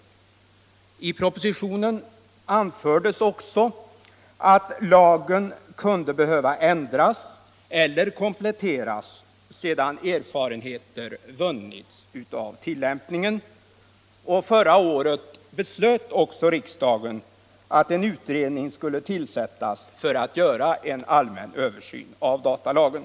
I propositionen anfördes också att lagen kunde behöva ändras eller kompletteras sedan erfarenheter vunnits av tillämpningen, och förra året beslöt också riksdagen att en utredning skulle tillsättas för att göra en allmän översyn av datalagen.